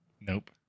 Nope